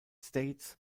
states